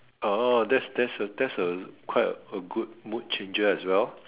orh that's that's a that's a quite a good mood changer as well